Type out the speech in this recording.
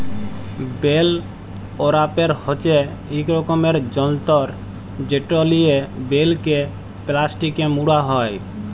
bell wrapper হছে ইক রকমের যল্তর যেট লিয়ে বেলকে পেলাস্টিকে মুড়া হ্যয়